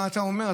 מה אתה אומר?